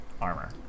armor